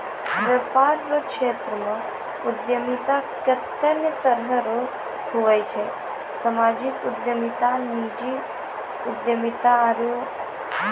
वेपार रो क्षेत्रमे उद्यमिता कत्ते ने तरह रो हुवै छै सामाजिक उद्यमिता नीजी उद्यमिता आरु